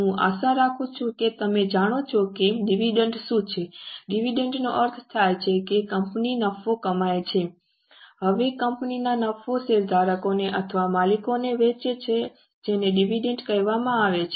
હું આશા રાખું છું કે તમે જાણો છો કે ડિવિડન્ડ શું છે ડિવિડન્ડનો અર્થ થાય છે કે કંપની નફો કમાય છે હવે કંપની આ નફો શેરધારકોને અથવા માલિકોને વહેંચે છે જેને ડિવિડન્ડ કહેવામાં આવે છે